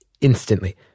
instantly